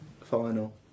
final